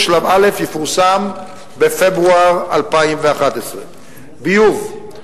שלב א' יפורסם בפברואר 2011. ביוב,